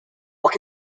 what